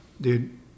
dude